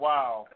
Wow